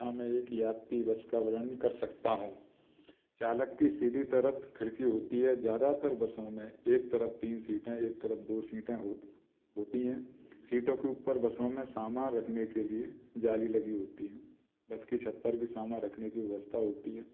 हाँ मैं एक यात्री बस का वर्णन कर सकता हूँ चालक की सीधी तरफ खिड़की होती है ज़्यादातर बसों में एक तरफ तीन सीटें एक तरफ दो सीटें हो होती हैं सीटों के ऊपर बसों में सामान रखने के लिए जाली लगी होती हैं बस के छत पर भी सामान रखने की व्यवस्था होती है